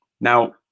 Now